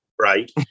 Right